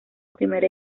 primer